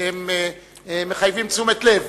שהם מחייבים תשומת לב,